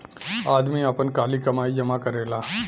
आदमी आपन काली कमाई जमा करेला